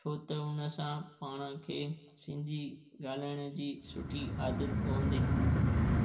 छो त उनसां पाण खे सिंधी ॻाल्हाइण जी सुठी आदत पवंदी